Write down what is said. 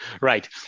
Right